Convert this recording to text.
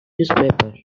newspaper